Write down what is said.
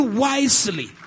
wisely